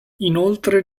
inoltre